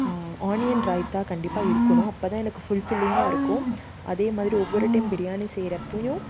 onion raita கண்டிப்பாக இருக்கணும் அப்போ தான் எனக்கு ஃபுல்ஃபில்லிங்காக இருக்கும் அதே மாதிரி ஒவ்வொரு டைம் பிரியாணி செய்யிறப்பையும்